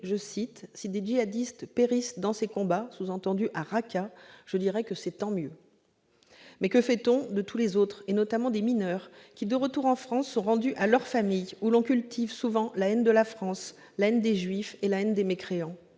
:« Si des djihadistes périssent dans ces combats, »- sous-entendu, à Raqqa -« je dirais que c'est tant mieux. » Mais que fait-on de tous les autres, notamment des mineurs qui, de retour en France, sont rendus à leur famille, au sein de laquelle on cultive souvent la haine de la France, des juifs et des mécréants ?